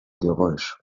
geräusch